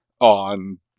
on